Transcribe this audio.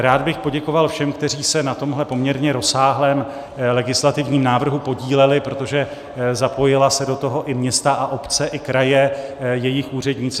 Rád bych poděkoval všem, kteří se na tomhle poměrně rozsáhlém legislativním návrhu podíleli, protože se do toho zapojila i města, obce i kraje, jejich úředníci.